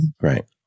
Right